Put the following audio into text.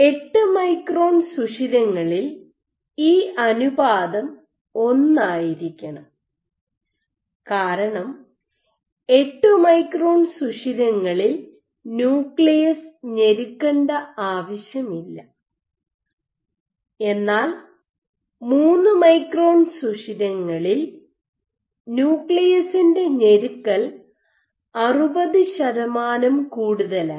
എട്ട് മൈക്രോൺ സുഷിരങ്ങളിൽ ഈ അനുപാതം 1 ആയിരിക്കണം കാരണം എട്ട് മൈക്രോൺ സുഷിരങ്ങളിൽ ന്യൂക്ലിയസ് ഞെരുക്കണ്ട ആവശ്യമില്ല എന്നാൽ 3 മൈക്രോൺ സുഷിരങ്ങളിൽ ന്യൂക്ലിയസിൻ്റെ ഞെരുക്കൽ 60 ശതമാനം കൂടുതലാണ്